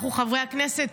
אנחנו חברי הכנסת